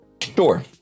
sure